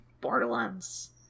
Borderlands